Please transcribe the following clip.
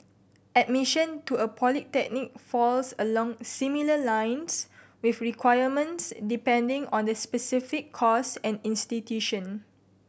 admission to a polytechnic falls along similar lines with requirements depending on the specific course and institution